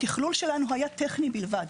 התכלול שלנו היה טכני בלבד.